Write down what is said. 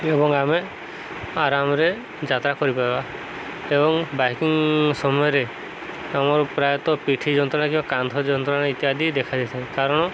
ଏବଂ ଆମେ ଆରାମରେ ଯାତ୍ରା କରିପାରବା ଏବଂ ବାଇକିଂ ସମୟରେ ଆମର ପ୍ରାୟତଃ ପିଠି ଯନ୍ତ୍ରଣା କିମ୍ବା କାନ୍ଧ ଯନ୍ତ୍ରଣା ଇତ୍ୟାଦି ଦେଖା ଯାଇଥାଏ କାରଣ